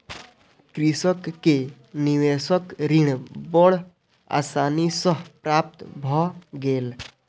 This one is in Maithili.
कृषक के निवेशक ऋण बड़ आसानी सॅ प्राप्त भ गेल